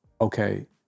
okay